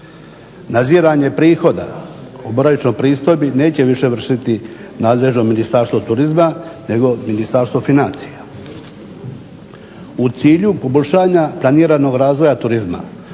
Nadziranje prihoda o boravišnoj pristojbi neće više vršiti nadležno Ministarstvo turizma nego Ministarstvo financija. U cilju poboljšanja planiranog razvoja turizma